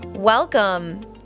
Welcome